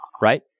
Right